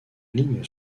lignes